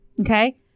Okay